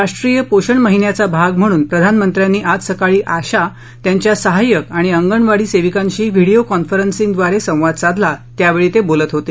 राष्ट्रीय पोषण महिन्याचा भाग म्हणून प्रधानमंत्र्यांनी आज सकाळी आशा त्यांच्या सहाय्यक आणि अंगणवाडी सेविकांशी व्हिडीओ कॉन्फरन्सिंगद्वारे संवाद साधला त्यावेळी ते बोलत होते